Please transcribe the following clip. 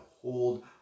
hold